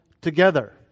together